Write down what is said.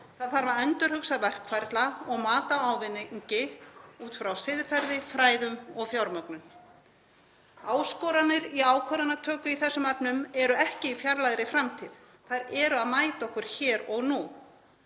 Það þarf að endurhugsa verkferla og mat á ávinningi út frá siðferði, fræðum og fjármögnun. Áskoranir í ákvarðanatöku í þessum efnum eru ekki í fjarlægri framtíð. Þær eru að mæta okkur hér og nú.